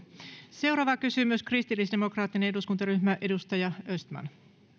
seuraava kysymys kristillisdemokraattinen eduskuntaryhmä edustaja östman